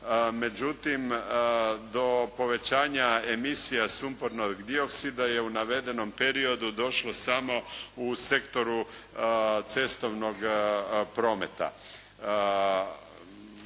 Međutim do povećanja emisija sumpornog dioksida je u navedenom periodu došlo samo u sektoru cestovnog prometa.